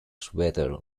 sweater